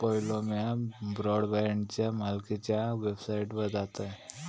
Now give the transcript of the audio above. पयलो म्या ब्रॉडबँडच्या मालकीच्या वेबसाइटवर जातयं